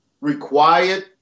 required